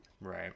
Right